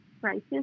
prices